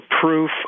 proof